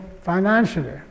financially